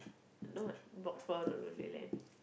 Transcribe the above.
not